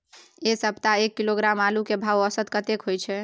ऐ सप्ताह एक किलोग्राम आलू के भाव औसत कतेक होय छै?